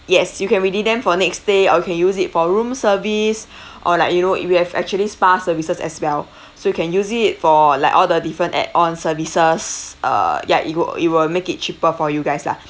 yes you can redeem them for next stay or you can use it for room service or like you know we have actually spa services as well so you can use it for like all the different add-on services uh ya it will it will make it cheaper for you guys lah